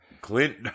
Clint